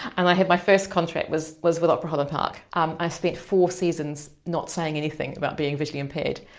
and i had my first contract was was with opera holland park, um i spent four seasons not saying anything about being visually impaired,